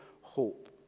hope